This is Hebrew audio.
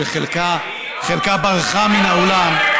שחלקה ברחה מן האולם,